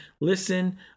Listen